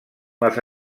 les